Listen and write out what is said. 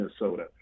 Minnesota